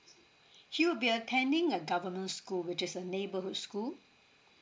he will be attending a government school which is a neighborhood school